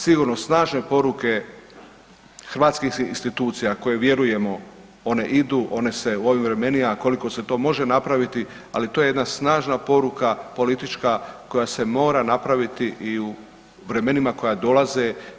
Sigurno snažne poruke hrvatskih institucija koje vjerujemo one idu, one se u ovim vremenima koliko se to može napraviti, ali to je jedna snažna poruka politička koja se mora napraviti i u vremenima koja dolaze.